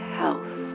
health